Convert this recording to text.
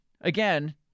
again